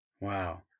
Wow